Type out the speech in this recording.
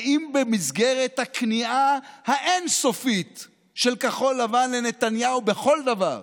האם במסגרת הכניעה האין-סופית של כחול לבן לנתניהו בכל דבר,